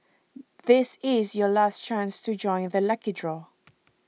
this is your last chance to join the lucky draw